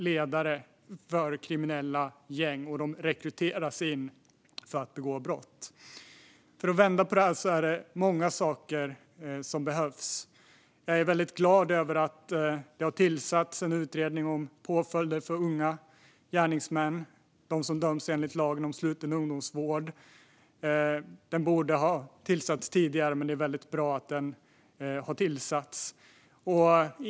Ledare för kriminella gäng använder barn som rekryteras för att begå brott. Det behöver göras många saker för att vända på detta. Jag är väldigt glad över att en utredning tillsatts som ska titta på påföljder för unga gärningsmän, det vill säga de som döms enligt lagen om sluten ungdomsvård. Den borde ha tillsatts tidigare, men det är väldigt bra att den har tillsatts nu.